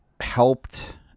helped